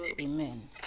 amen